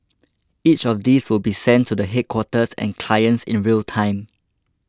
each of these will be sent to the headquarters and clients in real time